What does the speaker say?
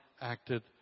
acted